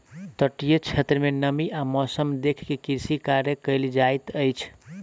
तटीय क्षेत्र में नमी आ मौसम देख के कृषि कार्य कयल जाइत अछि